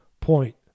point